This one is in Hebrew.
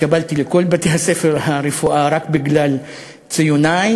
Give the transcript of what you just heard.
התקבלתי לכל בתי-הספר לרפואה רק בגלל ציוני.